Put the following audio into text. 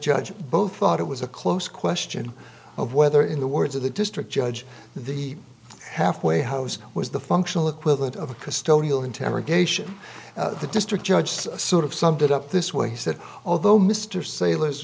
judge both thought it was a close question of whether in the words of the district judge the halfway house was the functional equivalent of a custodial interrogation the district judge sort of summed it up this way he said although mr sailors